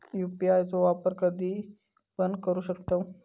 UPI चो वापर कधीपण करू शकतव?